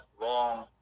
long